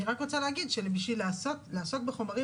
אני רק רוצה להגיד שבשביל לעסוק בחומרים